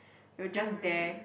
you are just there